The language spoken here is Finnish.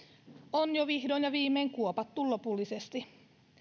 on jo vihdoin ja viimein kuopattu lopullisesti